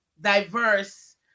diverse